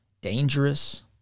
dangerous